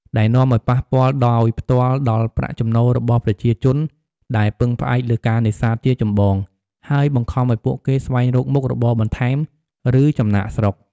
ដែលនាំអោយប៉ះពាល់ដោយផ្ទាល់ដល់ប្រាក់ចំណូលរបស់ប្រជាជនដែលពឹងផ្អែកលើការនេសាទជាចម្បង ហើយបង្ខំឱ្យពួកគេស្វែងរកមុខរបរបន្ថែម ឬចំណាកស្រុក។